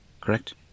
correct